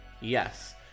Yes